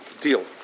deal